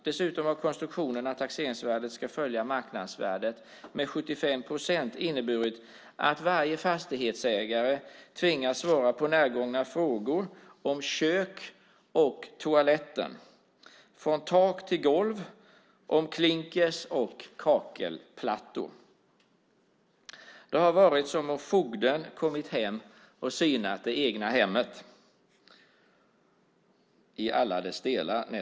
Dessutom har konstruktionen att taxeringsvärdet ska följa marknadsvärdet med 75 procent inneburit att varje fastighetsägare tvingas svara på närgångna frågor om kök och toaletter från tak till golv, om klinker och kakelplattor. Det har varit som om fogden kommit hem och synat ens eget hem i alla dess delar.